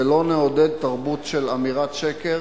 ולא נעודד תרבות של אמירת שקר